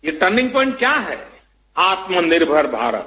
ये turning point क्या है आत्म निर्भर भारत